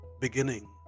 beginning